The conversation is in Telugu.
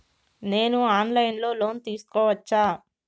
నేను ఆన్ లైన్ లో లోన్ తీసుకోవచ్చా?